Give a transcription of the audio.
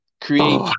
create